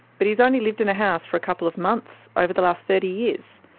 but he's only lived in a house for a couple of months over the last thirty years.